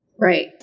Right